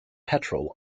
petrel